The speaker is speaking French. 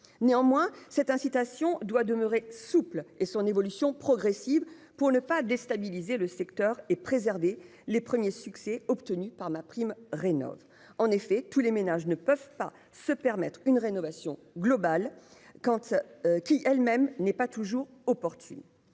néanmoins cette incitation doit demeurer souple et son évolution progressive pour ne pas déstabiliser le secteur et préserver les premiers succès obtenus par ma prime Rénov'. En effet, tous les ménages ne peuvent pas se permettre une rénovation globale quant. Qui elle même n'est pas toujours opportunes